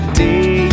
day